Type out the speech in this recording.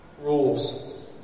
rules